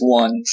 one